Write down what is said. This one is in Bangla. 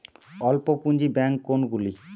অল্প পুঁজি ব্যাঙ্ক কোনগুলি?